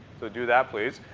so do that please.